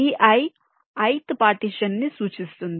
Vi ith partition ను సూచిస్తుంది